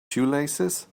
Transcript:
shoelaces